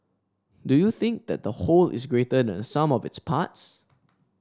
do you think that the whole is greater than sum of its parts